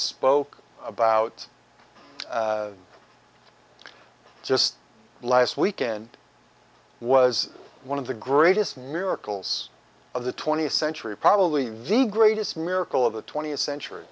spoke about just last weekend was one of the greatest miracles of the twentieth century probably the greatest miracle of the twentieth century